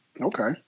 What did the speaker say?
Okay